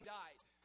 died